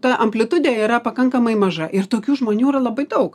ta amplitudė yra pakankamai maža ir tokių žmonių yra labai daug